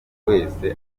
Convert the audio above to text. wese